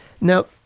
Now